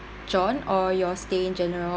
john or your stay in general